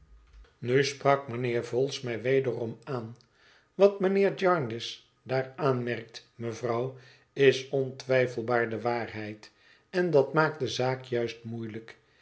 nu sprak mijnheer vholes mij wederom aan wat mijnheer jarndyce daar aanmerkt mejufvrouw is ontwijfelbaar de waarheid en dat maakt de zaak juist moeielijk